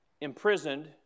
imprisoned